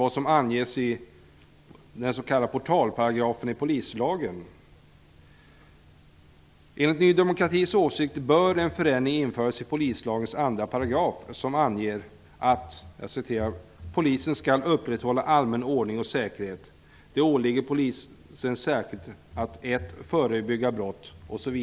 Vad som anges i den s.k. portalparagrafen i polislagen är viktigt. Enligt Ny demokratis åsikt bör en förändring införas i polislagen 2 § som anger att: ''Polisen skall upprätthålla allmän ordning och säkerhet. Det åligger polisen särskilt att 1.